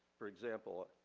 for example,